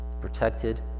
protected